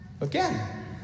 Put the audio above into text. Again